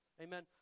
Amen